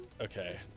Okay